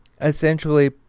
essentially